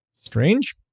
Strange